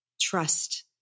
Trust